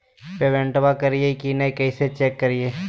पेमेंटबा कलिए की नय, कैसे चेक करिए?